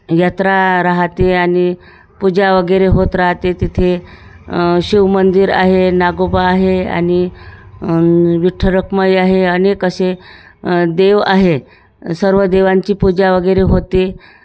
यात्रा राहते आणि पूजा वगैरे होत राहते तिथे शिवमंदिर आहे नागोबा आहे आणि विठ्ठलरखुमाई आहे अनेक असे देव आहेत सर्व देवांची पूजा वगैरे होते